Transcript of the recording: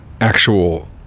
actual